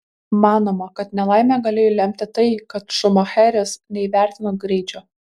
manoma kad nelaimę galėjo lemti tai kad šumacheris neįvertino greičio